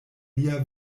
lia